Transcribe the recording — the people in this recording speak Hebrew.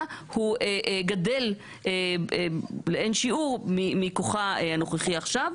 גדל לאין שיעור מכוחה הנוכחי עכשיו.